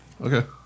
Okay